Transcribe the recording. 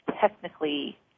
technically